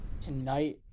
tonight